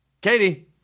katie